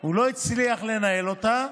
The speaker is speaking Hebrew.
הוא לא הצליח לנהל אותה,